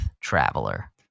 Traveler